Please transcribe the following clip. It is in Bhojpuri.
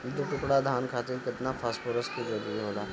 दु एकड़ धान खातिर केतना फास्फोरस के जरूरी होला?